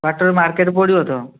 ବାଟରେ ମାର୍କେଟ୍ ପଡ଼ିବ ତ